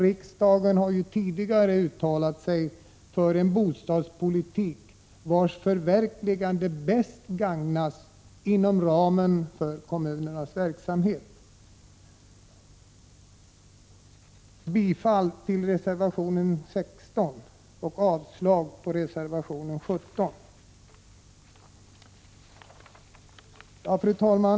Riksdagen har ju tidigare uttalat sig för en bostadspolitik vars förverkligande bäst gagnas inom ramen för kommunernas verksamhet. Jag yrkar bifall till reservation 16 och avslag på reservation 17. Fru talman!